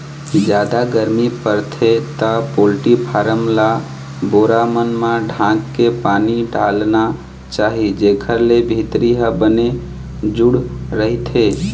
जादा गरमी परथे त पोल्टी फारम ल बोरा मन म ढांक के पानी डालना चाही जेखर ले भीतरी ह बने जूड़ रहिथे